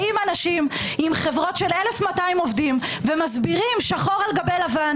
באים אנשים עם חברות של 1,200 עובדים ומסבירים שחור על גבי לבן